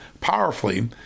powerfully